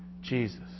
Jesus